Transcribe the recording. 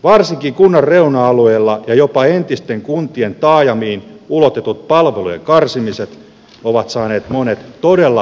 varsinkin kunnan reuna alueille ja jopa entisten kuntien taajamiin ulotetut palvelujen karsimiset ovat saaneet monet todella vihaisiksi